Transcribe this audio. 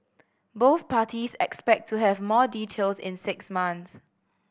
both parties expect to have more details in six months